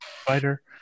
Spider